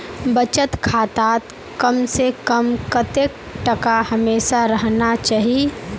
बचत खातात कम से कम कतेक टका हमेशा रहना चही?